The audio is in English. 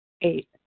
eight